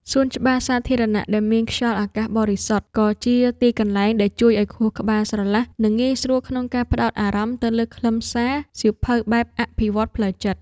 សួនច្បារសាធារណៈដែលមានខ្យល់អាកាសបរិសុទ្ធ ក៏ជាទីកន្លែងដែលជួយឱ្យខួរក្បាលស្រឡះ និងងាយស្រួលក្នុងការផ្ដោតអារម្មណ៍ទៅលើខ្លឹមសារសៀវភៅបែបអភិវឌ្ឍផ្លូវចិត្ត។